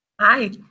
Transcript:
Hi